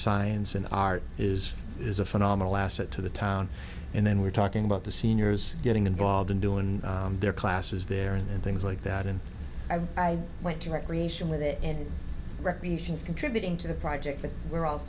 science and art is is a phenomenal asset to the town and then we're talking about the seniors getting involved in doing their classes there and things like that and i went to recreation with it and recreation is contributing to the project but we're